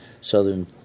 southern